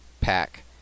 Pack